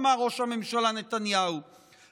אמר ראש הממשלה נתניהו,